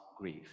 grief